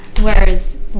whereas